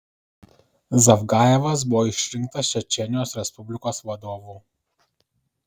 zavgajevas buvo išrinktas čečėnijos respublikos vadovu